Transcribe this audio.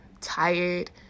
tired